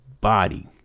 body